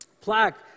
plaque